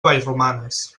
vallromanes